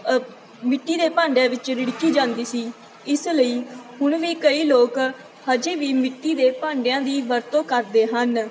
ਮਿੱਟੀ ਦੇ ਭਾਂਡਿਆਂ ਵਿੱਚ ਰਿੜਕੀ ਜਾਂਦੀ ਸੀ ਇਸ ਲਈ ਹੁਣ ਵੀ ਕਈ ਲੋਕ ਹਜੇ ਵੀ ਮਿੱਟੀ ਦੇ ਭਾਂਡਿਆਂ ਦੀ ਵਰਤੋਂ ਕਰਦੇ ਹਨ